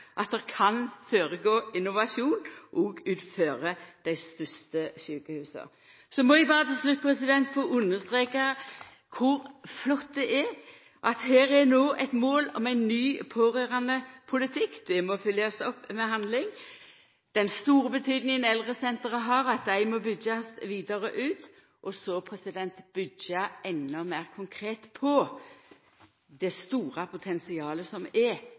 at det kan føregå innovasjon òg utanfor dei største sjukehusa. Så må eg til slutt få understreka kor flott det er at ein nå har eit mål om ein ny pårørandepolitikk. Det må fylgjast opp med handling. Eldresentra – med den store betydninga dei har – må byggjast vidare ut, og så må ein byggja endå meir konkret på det store potensialet som er